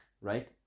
right